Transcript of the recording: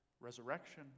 resurrection